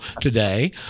today